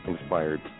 Inspired